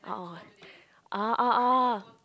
oh oh oh oh